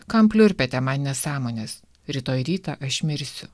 kam pliurpiate man nesąmones rytoj rytą aš mirsiu